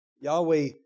Yahweh